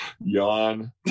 yawn